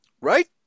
Right